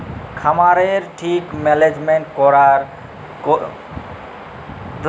খামারের ঠিক ম্যালেজমেল্ট ক্যইরতে ম্যালা ছময় দরকার হ্যয়